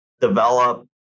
develop